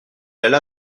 alla